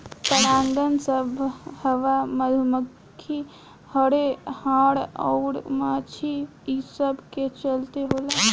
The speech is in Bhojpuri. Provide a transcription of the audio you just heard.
परागन सभ हवा, मधुमखी, हर्रे, हाड़ अउर माछी ई सब के चलते होला